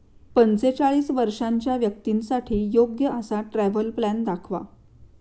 पंचेचाळीस वर्षांच्या व्यक्तींसाठी योग्य असा ट्रॅव्हल प्लॅन दाखवा